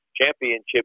championship